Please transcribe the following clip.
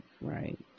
right